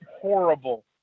horrible